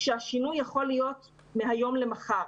כשהשינוי יכול להיות מהיום למחר.